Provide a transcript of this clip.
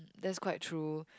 that's quite true